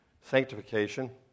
sanctification